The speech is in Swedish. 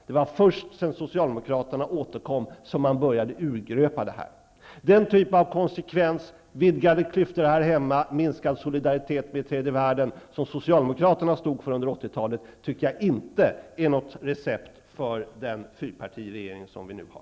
Det var först sedan socialdemokraterna återkommit som man började urgröpa det. Den typen av konsekvens som Socialdemokraterna stod för under 80-talet -- vidgade klyftor här hemma, minskad solidaritet med tredje världen -- tycker jag inte är något recept för den fyrpartiregering som vi nu har.